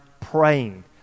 praying